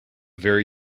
very